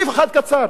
סעיף אחד קצר.